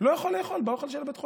לא יכול לאכול מהאוכל של בית החולים.